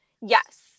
Yes